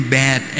bad